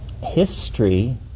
history